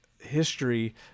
history